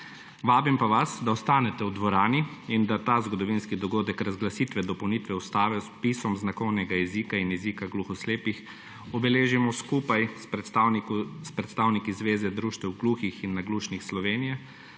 Vabim pa vas, da ostanete v dvorani in da ta zgodovinski dohodek razglasitve dopolnitve Ustave z vpisom znakovnega jezika in jezika gluho slepih obeležimo skupaj s predstavniki Zveze društev gluhih in naglušnih Slovenije